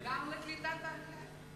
גם לקליטת העלייה.